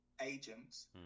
agents